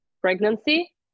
pregnancy